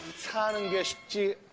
child is